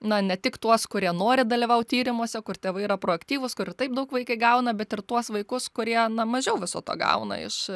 na ne tik tuos kurie nori dalyvaut tyrimuose kur tėvai yra proaktyvūs kur ir taip daug vaikai gauna bet ir tuos vaikus kurie na mažiau viso to gauna iš